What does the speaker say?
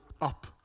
up